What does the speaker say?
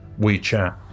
WeChat